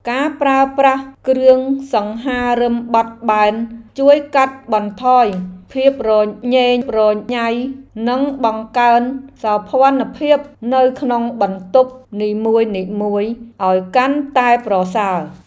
ការប្រើប្រាស់គ្រឿងសង្ហារិមបត់បានជួយកាត់បន្ថយភាពញ៉េរញ៉ៃនិងបង្កើនសោភ័ណភាពនៅក្នុងបន្ទប់នីមួយៗឱ្យកាន់តែប្រសើរ។